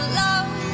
love